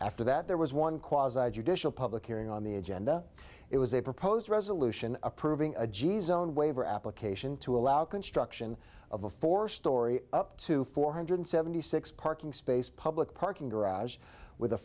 after that there was one quasi judicial public hearing on the agenda it was a proposed resolution approving a g s own waiver application to allow construction of a four storey up to four hundred seventy six parking space public parking garage with a